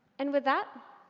and with that,